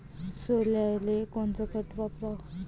सोल्याले कोनचं खत वापराव?